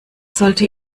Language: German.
sollte